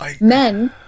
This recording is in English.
Men